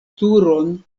turon